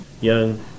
young